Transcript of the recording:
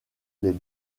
les